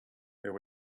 there